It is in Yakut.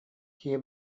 киһи